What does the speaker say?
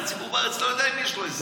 הציבור בארץ לא יודע עם מי יש לו עסק.